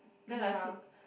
then us